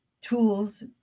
tools